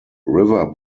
river